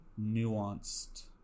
nuanced